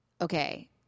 okay